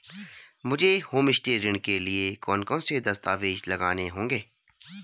मुझे होमस्टे ऋण के लिए कौन कौनसे दस्तावेज़ लगाने होंगे?